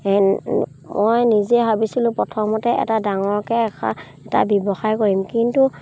মই নিজে ভাবিছিলোঁ প্ৰথমতে এটা ডাঙৰকৈ এসা এটা ব্যৱসায় কৰিম কিন্তু